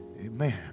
Amen